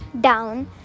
down